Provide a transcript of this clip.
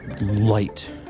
light